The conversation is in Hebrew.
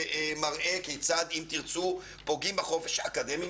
שמראה כיצד "אם תרצו" פוגעים בחופש האקדמי,